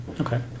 Okay